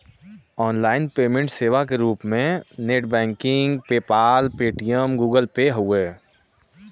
online payment सेवा क रूप में net banking PayPal, Paytm, Google Pay हउवे